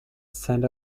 stand